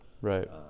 right